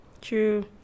True